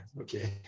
Okay